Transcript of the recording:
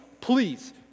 Please